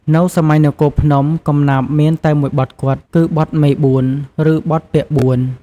នៅសម័យនគរភ្នំ កំណាព្យមានតែមួយបទគត់គឺ បទមេបួន ឬ បទពាក្យបួន។